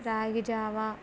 రాగిజావా